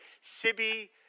Sibby